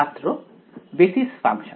ছাত্র basis function